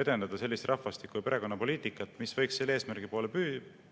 edendada sellist rahvastiku‑ ja perekonnapoliitikat, mis võiks meid selle eesmärgi poole juhtida,